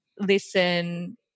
listen